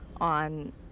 on